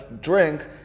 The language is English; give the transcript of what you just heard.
drink